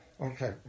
Okay